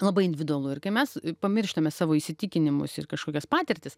labai individualu ir kai mes pamirštame savo įsitikinimus ir kažkokias patirtis